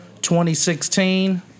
2016